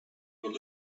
were